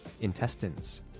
intestines